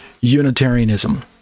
Unitarianism